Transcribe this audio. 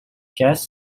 guest